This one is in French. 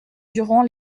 durant